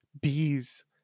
bees